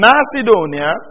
Macedonia